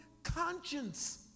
conscience